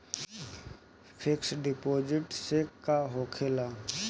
Fix deposit से का होखे ला?